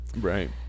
Right